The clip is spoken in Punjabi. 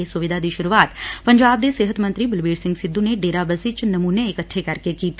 ਇਸ ਸੁਵਿਧਾ ਦੀ ਸੂਰੁਆਤ ਪੰਜਾਬ ਦੇ ਸਿਹਤ ਮੰਤਰੀ ਬਲਬੀਰ ਸਿੰਘ ਸਿੱਧੁ ਨੇ ਡੇਰਾਬੱਸੀ ਚ ਨਮੁਨੇ ਇਕੱਠੇ ਕਰਕੇ ਕੀਤੀ